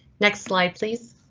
next slide, please.